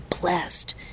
blessed